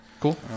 Cool